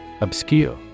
Obscure